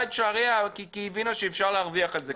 את שעריה כי היא הבינה שאפשר להרוויח על זה,